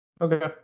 okay